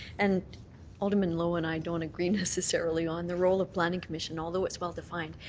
and alderman lowe and i don't agree necessarily on the role of planning commission although it's well defined,